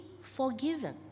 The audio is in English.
forgiven